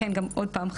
לכן גם עוד פעם,